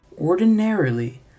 Ordinarily